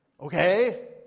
okay